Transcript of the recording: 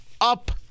up